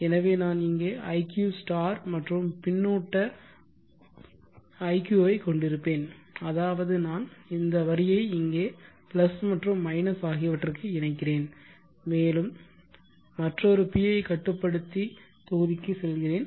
எனவே நான் இங்கே iq மற்றும் பின்னூட்ட iq ஐக் கொண்டிருப்பேன் அதாவது நான் இந்த வரியை இங்கே பிளஸ் மற்றும் மைனஸ் ஆகியவற்றிற்கு இணைக்கிறேன் மேலும் மற்றொரு PI கட்டுப்படுத்தி தொகுதிக்குச் செல்கிறேன்